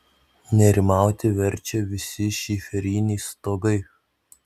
nerimauti verčia visi šiferiniai stogai